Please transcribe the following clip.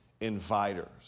inviters